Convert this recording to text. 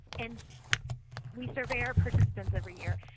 and we survey our participants every year,